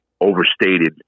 overstated